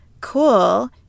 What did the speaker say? cool